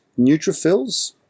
neutrophils